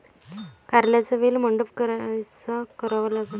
कारल्याचा वेल मंडप कायचा करावा लागन?